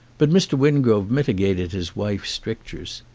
but mr. wingrove mitigated his wife's strictures.